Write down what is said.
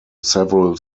several